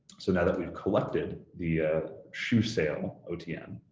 so now that we've collected the shoe sale otn,